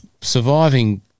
Surviving